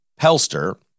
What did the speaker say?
Pelster